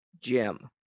Jim